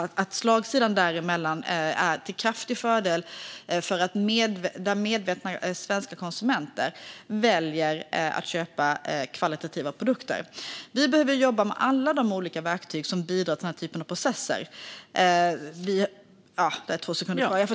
Slagsidan mellan importen och exporten är alltså till kraftig fördel för svenskt kött eftersom medvetna svenska konsumenter väljer att köpa kvalitativa produkter. Vi behöver jobba med alla olika verktyg som bidrar till den typen av processer.